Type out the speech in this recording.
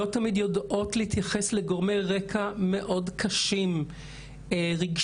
לא תמיד יודעות להתייחס לגורמי רקע מאוד קשים רגשית,